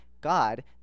God